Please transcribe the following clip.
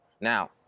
Now